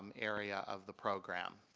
um area of the program.